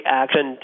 action